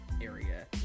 area